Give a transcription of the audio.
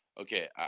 okay